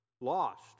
lost